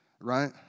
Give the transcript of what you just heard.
right